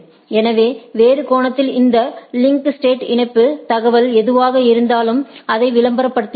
எனவே வேறு கோணத்தில் இந்த லிங்க் ஸ்டேட் இணைப்புத் தகவல் எதுவாக இருந்தாலும் அதை விளம்பரப்படுத்துகிறது